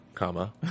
comma